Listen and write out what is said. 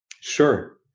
Sure